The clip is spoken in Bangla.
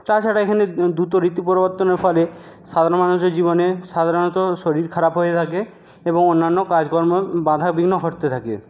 তাছাড়া এখানে দুত ঋতু পরিবর্তনের ফলে সাধারণ মানুষের জীবনে সাধারণত শরীর খারাপ হয়ে থাকে এবং অন্যান্য কাজকর্মর বাধা বিঘ্ন হতে থাকে